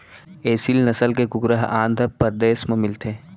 एसील नसल के कुकरा ह आंध्रपरदेस म मिलथे